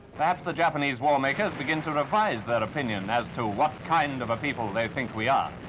perhaps the japanese war makers begin to revise their opinion as to what kind of a people they think we are.